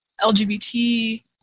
LGBT